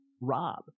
Rob